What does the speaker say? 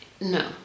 no